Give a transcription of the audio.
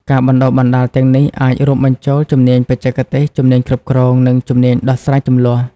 ការបណ្ដុះបណ្ដាលទាំងនេះអាចរួមបញ្ចូលជំនាញបច្ចេកទេស ជំនាញគ្រប់គ្រង និងជំនាញដោះស្រាយជម្លោះ។